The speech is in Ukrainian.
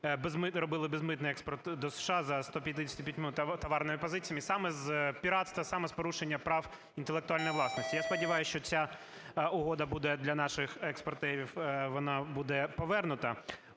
робили безмитний експорт до США за 155-ма товарними позиціями саме з піратства, саме з порушення прав інтелектуальної власності. Я сподіваюся, що ця угода буде для наших експортерів, вона